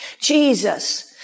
Jesus